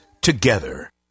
together